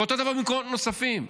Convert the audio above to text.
ואותו הדבר במקומות נוספים.